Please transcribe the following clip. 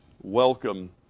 welcome